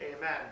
Amen